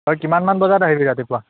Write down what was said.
তই কিমানমান বজাত আহিবি ৰাতিপুৱা